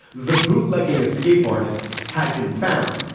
the bootlegging escape artist, had been found.